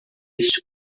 este